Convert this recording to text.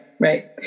Right